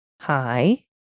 hi